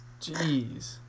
Jeez